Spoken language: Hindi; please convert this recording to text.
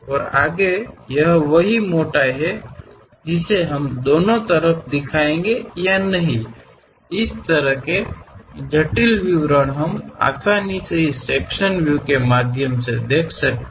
और आगे यह वही मोटाई है जिसे हम दोनों तरफ देखेंगे या नहीं इस तरह के जटिल विवरण हम आसानी से इस सेक्शन व्यू के माध्यम से देख सकते हैं